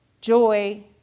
Joy